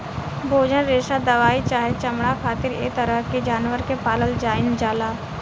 भोजन, रेशा दवाई चाहे चमड़ा खातिर ऐ तरह के जानवर के पालल जाइल जाला